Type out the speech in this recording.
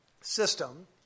system